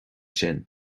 sin